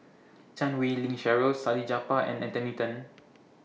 Chan Wei Ling Cheryl Salleh Japar and Anthony Then